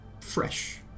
fresh